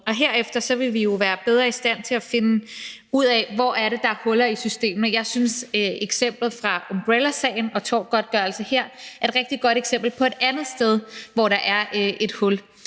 Og herefter vil vi jo være bedre i stand til at finde ud af, hvor det er, der er huller i systemet. Jeg synes, at eksemplet fra umbrellasagen og tortgodtgørelsen her er et rigtig godt eksempel på et andet sted, hvor der er et hul.